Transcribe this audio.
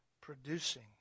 producing